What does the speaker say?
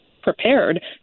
prepared